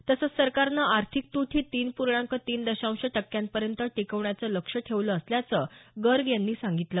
तसंच सरकारनं आर्थिक तूट ही तीन पूर्णांक तीन दशांश टक्क्यांपर्यंत टिकवण्याचं लक्ष्य ठेवलं असल्याचं गर्ग यांनी सांगितलं